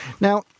Now